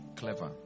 clever